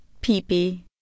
pee-pee